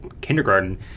kindergarten